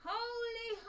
holy